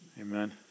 Amen